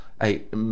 eight